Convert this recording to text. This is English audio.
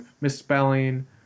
misspelling